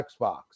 Xbox